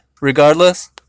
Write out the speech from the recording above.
regardless